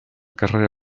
carrera